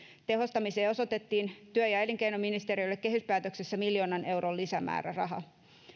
tehostamiseen osoitettiin työ ja elinkeinoministeriölle kehyspäätöksessä miljoonan euron lisämääräraha